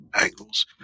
angles